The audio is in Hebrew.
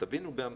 תבינו את זה.